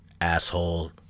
asshole